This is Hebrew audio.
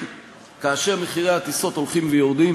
כאשר מחירי הטיסות הולכים ויורדים